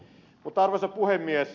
arvoisa puhemies